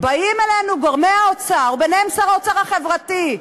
באים אלינו גורמי האוצר, וביניהם שר האוצר החברתי,